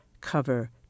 cover